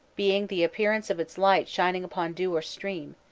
being the appearance of its light shining upon dew or stream,